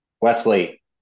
Wesley